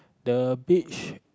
the beach